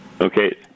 Okay